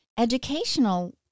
Educational